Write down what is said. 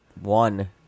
one